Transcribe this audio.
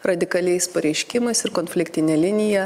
radikaliais pareiškimais ir konfliktine linija